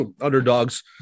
underdogs